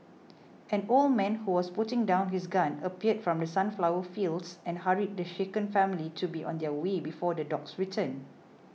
an old man who was putting down his gun appeared from the sunflower fields and hurried the shaken family to be on their way before the dogs return